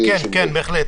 כן, בהחלט.